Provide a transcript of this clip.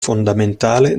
fondamentale